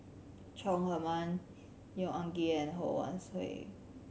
Chong Heman Neo Anngee and Ho Wan Hui